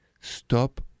stop